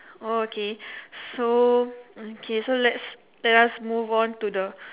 oh okay so okay so let's let us move on to the